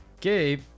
Gabe